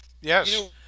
Yes